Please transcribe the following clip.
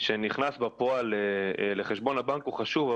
שנכנס בפועל לחשבון הבנק הוא חשוב,